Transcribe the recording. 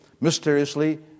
mysteriously